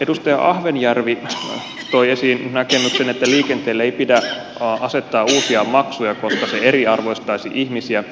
edustaja ahvenjärvi toi esiin näkemyksen että liikenteelle ei pidä asettaa uusia maksuja koska se eriarvoistaisi ihmisiä